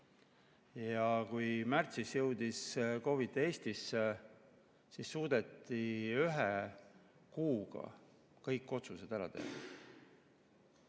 Kui märtsis jõudis COVID Eestisse, siis suudeti ühe kuuga kõik otsused ära teha